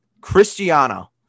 Cristiano